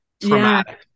Traumatic